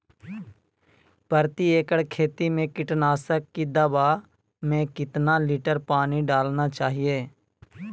प्रति एकड़ खेती में कीटनाशक की दवा में कितना लीटर पानी डालना चाइए?